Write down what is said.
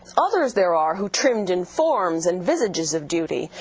others there are who trimmed in forms and visages of duty,